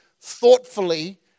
thoughtfully